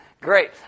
Great